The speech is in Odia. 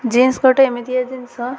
ଜିନ୍ସ ଗୋଟେ ଏମିତିଆ ଜିନିଷ